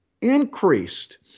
increased